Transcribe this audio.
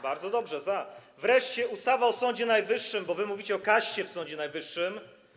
Bardzo dobrze, za. Wreszcie ustawa o Sądzie Najwyższym, bo wy mówicie o kaście w Sądzie Najwyższym.